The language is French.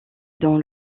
dans